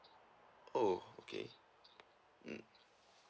oh okay mm